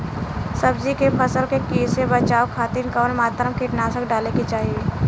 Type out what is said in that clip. सब्जी के फसल के कियेसे बचाव खातिन कवन मात्रा में कीटनाशक डाले के चाही?